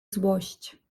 złość